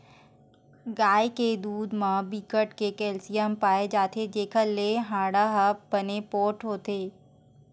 गाय के दूद म बिकट के केल्सियम पाए जाथे जेखर ले हाड़ा ह बने पोठ होथे